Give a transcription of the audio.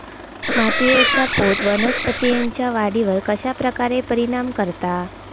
मातीएचा पोत वनस्पतींएच्या वाढीवर कश्या प्रकारे परिणाम करता?